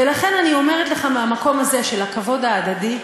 ולכן אני אומרת לך, מהמקום הזה, של הכבוד ההדדי,